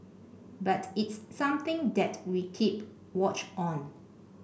but it's something that we keep watch on